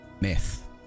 Myth